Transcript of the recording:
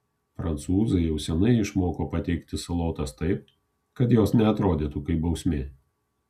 prancūzai jau seniai išmoko pateikti salotas taip kad jos neatrodytų kaip bausmė